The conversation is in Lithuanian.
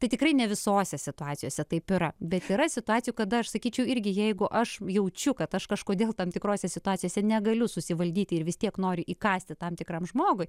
tai tikrai ne visose situacijose taip yra bet yra situacijų kada aš sakyčiau irgi jeigu aš jaučiu kad aš kažkodėl tam tikrose situacijose negaliu susivaldyti ir vis tiek noriu įkąsti tam tikram žmogui